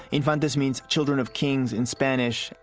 infantes means children of kings in spanish.